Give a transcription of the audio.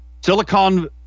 Silicon